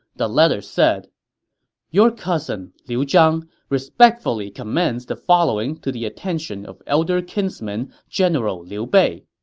the letter said your cousin, liu zhang, respectfully commends the following to the attention of elder kinsman general liu bei.